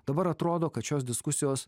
dabar atrodo kad šios diskusijos